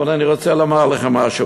אבל אני רוצה לומר לכם משהו.